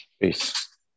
Peace